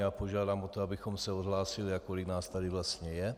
Já požádám o to, abychom se odhlásili, kolik nás tady vlastně je.